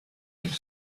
could